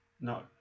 No